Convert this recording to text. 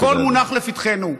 הכול מונח לפתחנו.